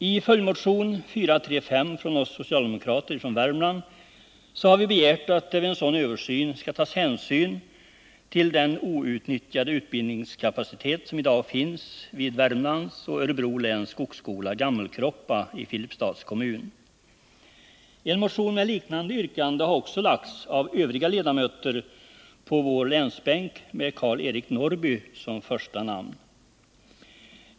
I följdmotion 435 från oss socialdemokrater från Värmland har vi begärt att det vid en sådan översyn tas hänsyn till den outnyttjade utbildningskapacitet som i dag finns vid Värmlands och Örebro läns skogsskola, Gammelkroppa i Filipstads kommun. En motion med liknande yrkande har också väckts av övriga ledamöter på vår länsbänk med Karl-Eric Norrby såsom första namn.